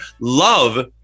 love